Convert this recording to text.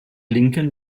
lincoln